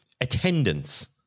Attendance